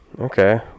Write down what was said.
Okay